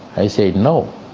i say no,